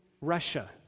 Russia